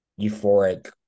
euphoric